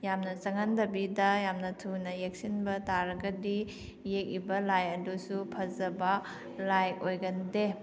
ꯌꯥꯝꯅ ꯆꯪꯍꯟꯗꯕꯤꯗ ꯌꯥꯝꯅ ꯊꯨꯅ ꯌꯦꯛꯁꯤꯟꯕ ꯇꯥꯔꯒꯗꯤ ꯌꯦꯛꯏꯕ ꯂꯥꯏ ꯑꯗꯨꯁꯨ ꯐꯖꯕ ꯂꯥꯏ ꯑꯣꯏꯒꯟꯗꯦ